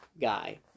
guy